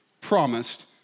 promised